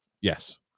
Yes